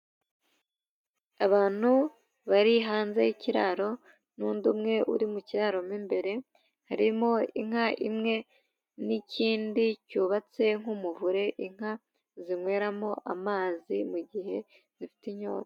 Abantu bari hanze y'ikiraro n'undi umwe uri mu kiraro mo imbere; harimo inka imwe n'ikindi cyubatse nk'umuvure inka zinyweramo amazi mu gihe zifite inyota.